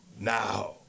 Now